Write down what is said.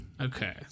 Okay